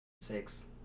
Six